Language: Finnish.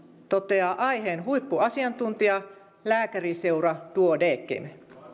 toteaa aiheen huippuasiantuntija lääkäriseura duodecim